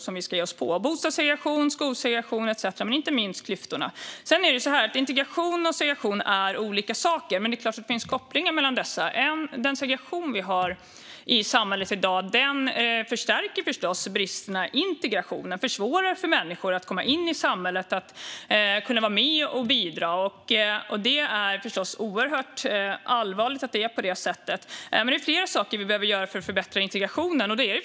Det handlar om bostadssegregation, skolsegregation etcetera men inte minst om klyftorna. Integration och segregation är olika saker, men det är klart att det finns kopplingar mellan dessa. Den segregation vi har i samhället i dag förstärker förstås bristerna i integrationen. Den försvårar för människor att komma in i samhället och att vara med och bidra. Det är förstås oerhört allvarligt att det är på det sättet. Men det är flera saker vi behöver göra för att förbättra integrationen.